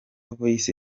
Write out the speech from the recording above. voice